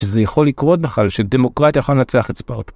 שזה יכול לקרות בכלל, שדמוקרטיה יכולה לנצח את ספרטה.